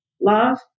Love